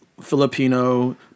Filipino